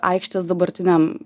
aikštės dabartiniam